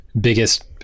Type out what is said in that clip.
biggest